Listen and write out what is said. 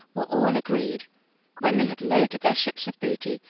were all agreed when they had loaded their ships with booty,